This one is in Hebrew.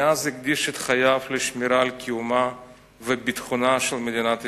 מאז הקדיש את חייו לשמירה על קיומה וביטחונה של מדינת ישראל.